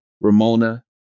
ramona